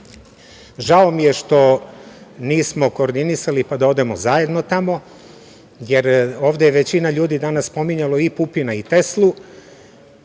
Žao mi je što nismo koordinisali, pa da odemo zajedno tamo, jer ovde je većina ljudi danas spominjalo i Pupina i